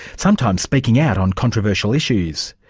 sometimes speaking out on controversial issues.